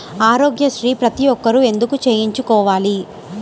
ఆరోగ్యశ్రీ ప్రతి ఒక్కరూ ఎందుకు చేయించుకోవాలి?